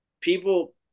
people